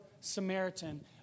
Samaritan